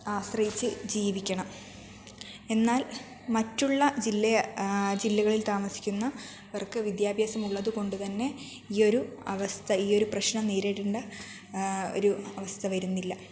ആശ്രയിച്ചു ജീവിക്കണം എന്നാൽ മറ്റുള്ള ജില്ലകളിൽ താമസിക്കുന്നവർക്ക് വിദ്യാഭ്യാസം ഉള്ളതു കൊണ്ടുതന്നെ ഈയൊരു അവസ്ഥ ഈയൊരു പ്രശ്നം നേരിടേണ്ട ഒരു അവസ്ഥ വരുന്നില്ല